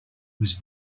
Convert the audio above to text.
was